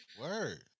Word